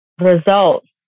results